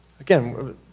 Again